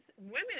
women